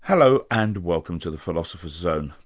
hello and welcome to the philosopher zone,